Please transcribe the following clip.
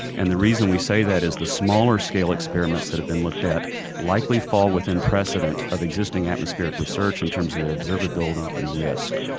and the reason we say that is the smaller scale experiments that have been looked at likely fall within precedent of existing atmospheric research in terms of their observability and risk,